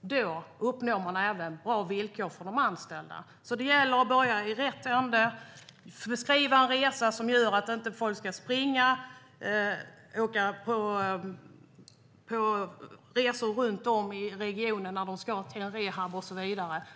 då uppnår man även bra villkor för de anställda. Det gäller att börja i rätt ände och beskriva en resa som inte gör att folk ska springa eller resa runt i regionen när de ska till rehab och så vidare.